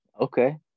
Okay